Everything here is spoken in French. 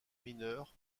mineurs